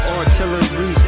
Artillery